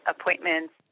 appointments